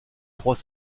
trois